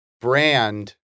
Brand